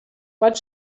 but